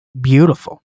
Beautiful